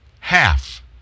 Half